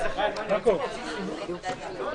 הישיבה ננעלה בשעה 15:41.